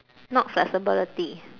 not flexibility